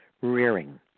rearing